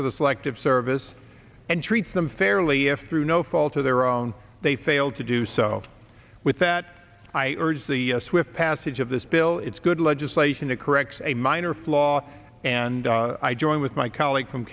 for the selective service and treat them fairly if through no fault of their own they failed to do so with that i urge the swift passage of this bill it's good legislation to correct a minor flaw and i join with my colleague from